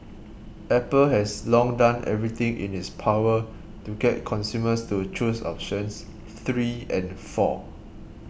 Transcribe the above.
Apple has long done everything in its power to get consumers to choose options three and four